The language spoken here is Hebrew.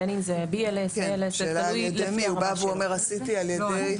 בין אם זה -- השאלה אם הוא בא ואומר: עשיתי על-ידי